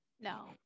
No